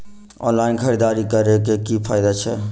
Online खरीददारी करै केँ की फायदा छै?